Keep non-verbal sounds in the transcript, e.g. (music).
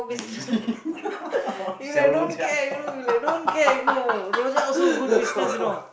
(laughs) sell rojak (laughs)